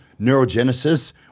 neurogenesis